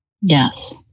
Yes